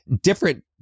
different